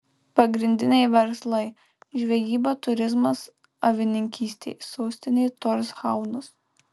pagrindiniai verslai žvejyba turizmas avininkystė sostinė torshaunas